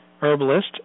herbalist